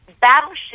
battleship